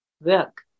work